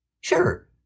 Sure